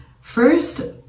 First